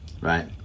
right